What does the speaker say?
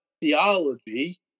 theology